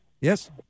Yes